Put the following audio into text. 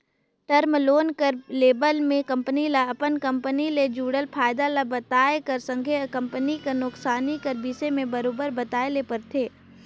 term loan कर लेवब में कंपनी ल अपन कंपनी ले जुड़ल फयदा ल बताए कर संघे कंपनी कर नोसकानी कर बिसे में बरोबेर बताए ले परथे